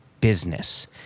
business